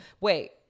Wait